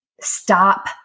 stop